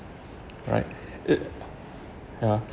alright it ya